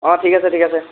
অঁ ঠিক আছে ঠিক আছে